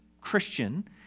Christian